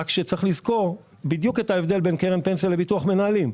רק שצריך לזכור בדיוק את ההבדל בין קרן פנסיה לביטוח מנהלים.